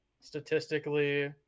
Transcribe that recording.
statistically